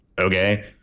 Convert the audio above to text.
okay